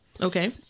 Okay